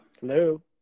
Hello